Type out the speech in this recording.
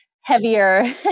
heavier